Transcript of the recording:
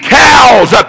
cows